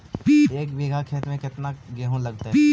एक बिघा खेत में केतना गेहूं लगतै?